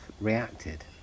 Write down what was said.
reacted